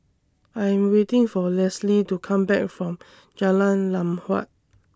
I Am waiting For Leslee to Come Back from Jalan Lam Huat